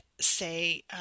say